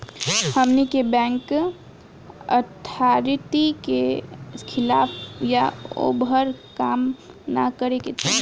हमनी के bank authority के खिलाफ या ओभर काम न करे के चाही